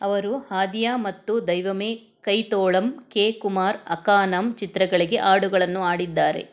ಅವರು ಹಾದಿಯಾ ಮತ್ತು ದೈವಮೆ ಕೈತೋಳಂ ಕೆ ಕುಮಾರ್ ಅಕಾನಂ ಚಿತ್ರಗಳಿಗೆ ಹಾಡುಗಳನ್ನು ಹಾಡಿದ್ದಾರೆ